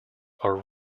are